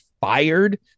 fired